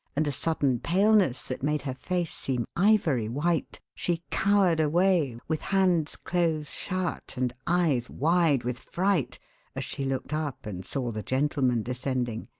and a sudden paleness that made her face seem ivory white, she cowered away, with hands close shut, and eyes wide with fright as she looked up and saw the gentlemen descending.